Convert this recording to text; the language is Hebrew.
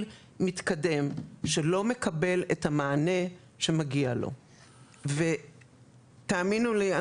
מתקדם שלא מקבל או מקבלת את המענה שמגיע לה או לו ותאמינו לי,